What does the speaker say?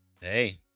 Hey